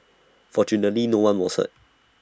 fortunately no one was hurt